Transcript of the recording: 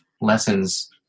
lessons